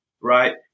right